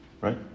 right